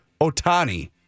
Otani